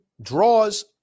draws